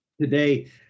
Today